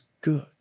good